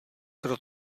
pro